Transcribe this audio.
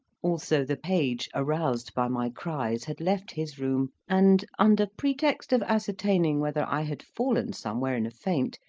also the page, aroused by my cries, had left his room, and under pretext of ascertaining whether, i had fallen somewhere in a faint,